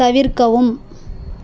தவிர்க்கவும்